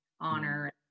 honor